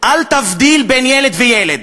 אל תבדיל בין ילד לילד.